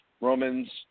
Romans